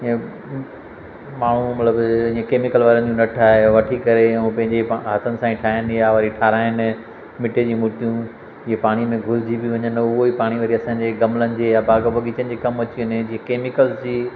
हीअं माण्हू मतिलबु हीअं केमिकल वारियूं न ठाहे वठी करे ऐं पंहिंजे हथनि सां ई ठाहिनि या वरी ठाराइनि मिटी जी मूर्तियूं जीअं पाणीअ में घुलिजी बि वञनि उहो ई पाणी वरी असांजे ग़मलनि जे या बाग़ बग़ीचनि जे कमु अची वञे जे केमिकल जी